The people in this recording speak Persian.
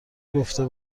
گفته